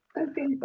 Okay